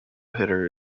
hitter